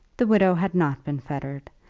the widow had not been fettered,